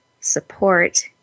support